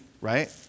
right